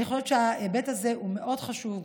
אני חושבת שההיבט הזה הוא מאוד חשוב.